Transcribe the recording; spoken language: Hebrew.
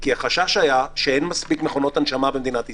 החשש היה שאין מספיק מכונות הנשמה במדינת ישראל.